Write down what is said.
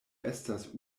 estas